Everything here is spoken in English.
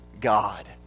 God